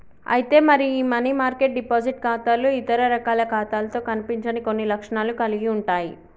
అయితే మరి ఈ మనీ మార్కెట్ డిపాజిట్ ఖాతాలు ఇతర రకాల ఖాతాలతో కనిపించని కొన్ని లక్షణాలను కలిగి ఉంటాయి